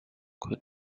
could